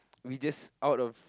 we just out of